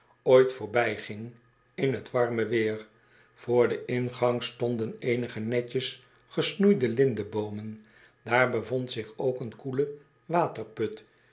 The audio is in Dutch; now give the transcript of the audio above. ooit voorbijging in t warme weer voor den ingang stonden eenige netjes gesnoeide lindeboomen daar bevond zich ook eenkoele waterput